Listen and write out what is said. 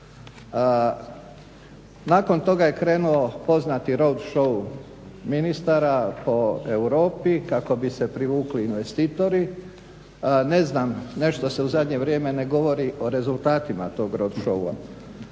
Nakon toga je krenuo poznati road show ministara po Europi kako bi se privukli investitori. Ne znam, nešto se u zadnje vrijeme ne govori o rezultatima tog road showa.